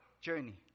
journey